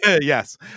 Yes